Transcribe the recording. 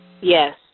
Yes